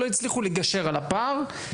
לא הצליחו לגשר על הפער.